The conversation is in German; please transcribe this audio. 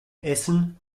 essen